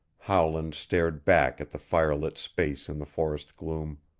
howland stared back at the firelit space in the forest gloom.